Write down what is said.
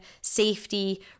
safety